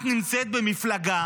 את נמצאת במפלגה